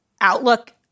outlook